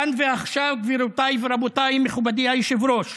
כאן ועכשיו, גבירותיי ורבותיי, מכובדי היושב-ראש,